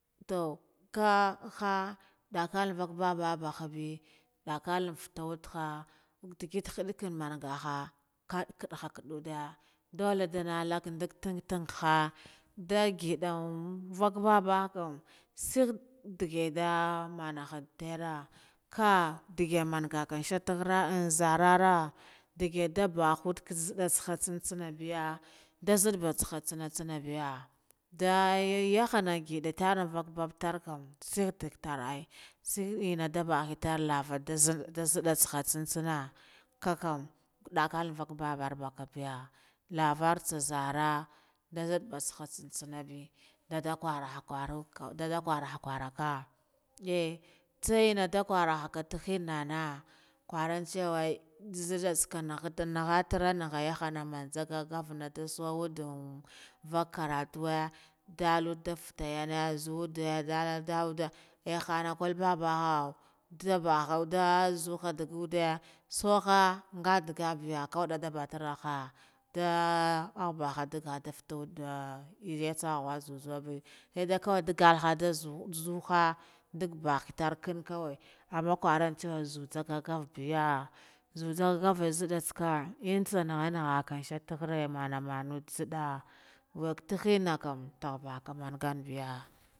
Toh kha ha nda kal vak babahbe ndakal in fatah wethkha indde git wethkha kad kadda kudduda ndale ndag tonha, nda ngiddan vakh babaha kam sitted nde geda manahan terre kha nde ge manga kaman shete khara nzarra rah ndege dah bahu nzidde tsaha tsen tsana biya da nzidde tsana isana biya, nda ya yohhana ngidda vakh babba tarkam isekh dikhtor aih tsene enna dabaha lavar da nzid da nzidde tsan tsenah khakaman kudda kalvakh babba vakh karbiya lavar tsazarabiya nda nzidde tsen tsana bi daddah khuraha dadda kharaha kharaka aih tsa. Enna da kharaha tah enna nah khura chewa nzidde tsakah ngha tara nda ngha yahana man ngagavna wuddun vakh kara tuwe dallu da fatta yana zuwade yane ah, enna kal babba ha ndabahu nda zuha ndahude ha ngadaga biya kauda da batorraha ngah nda aubaha dauda isakha zuzuwa be saide kawai dugglaha zuh zuhha dug bakh khakarde kawai, amman khura zuh tsafa kafbiya ngabi nzidd tsakah ngha ngha kanshata khare nude nziddah bagh tikhina kam ndabah kan biyu.